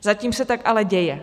Zatím se tak ale děje.